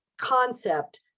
concept